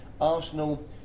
Arsenal